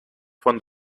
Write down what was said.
von